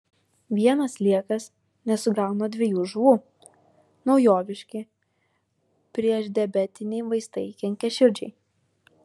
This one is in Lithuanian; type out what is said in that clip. vienas sliekas nesugauna dviejų žuvų naujoviški priešdiabetiniai vaistai kenkia širdžiai